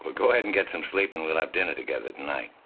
but go ahead and get some sleep and we'll have dinner together tonight.